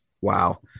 Wow